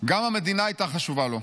גם המדינה הייתה חשובה לו,